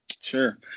sure